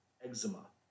Eczema